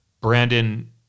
Brandon